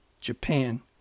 Japan